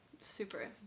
super